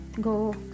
go